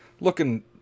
looking